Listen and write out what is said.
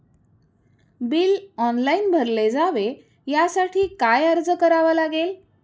Bill online भरले जावे यासाठी काय अर्ज करावा लागेल?